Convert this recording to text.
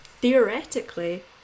theoretically